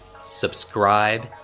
subscribe